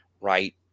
right